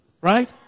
Right